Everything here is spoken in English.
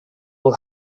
will